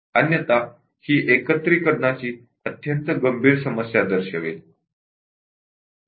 अन्यथा ते एकत्रीकरणाची अत्यंत गंभीर समस्या दर्शवेल